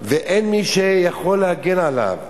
ואין מי שיכול להגן עליו.